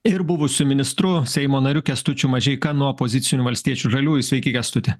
ir buvusiu ministru seimo nariu kęstučiu mažeika nuo opozicinių valstiečių žaliųjų sveiki kęstuti